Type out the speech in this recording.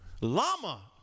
Llama